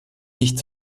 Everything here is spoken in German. nicht